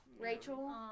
Rachel